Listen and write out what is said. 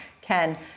Ken